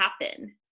happen